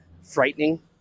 frightening